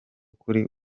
kuri